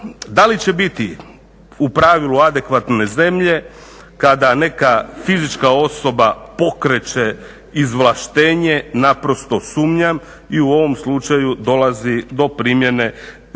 Da li će biti u pravilu adekvatne zemlje kada neka fizička osoba pokreće izvlaštenje, naprosto sumnjam i u ovom slučaju dolazi do primjene visina